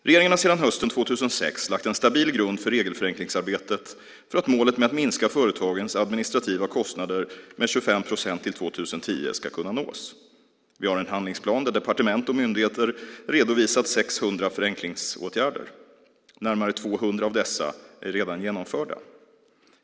Regeringen har sedan hösten 2006 lagt en stabil grund för regelförenklingsarbetet för att målet med att minska företagens administrativa kostnader med 25 procent till 2010 ska kunna nås. Vi har en handlingsplan där departement och myndigheter redovisat 600 förenklingsåtgärder. Närmare 200 av dessa är redan genomförda.